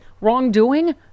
wrongdoing